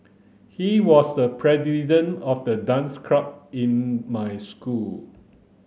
he was the of the dance club in my school